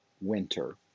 Winter